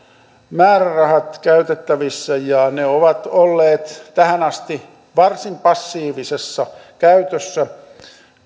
määrärahat käytettävissä ja ne ovat olleet tähän asti varsin passiivisessa käytössä